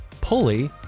pulley